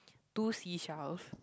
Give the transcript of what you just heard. two seashells